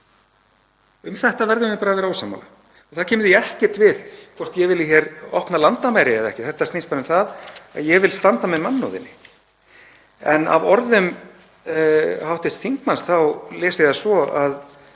Um þetta verðum við bara að vera ósammála og það kemur því ekkert við hvort ég vilji hér opna landamæri eða ekki. Þetta snýst um að ég vil standa með mannúðinni. Af orðum hv. þingmanns þá les ég það svo að